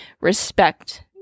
respect